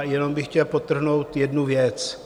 Jenom bych chtěl podtrhnout jednu věc.